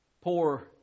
Poor